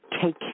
take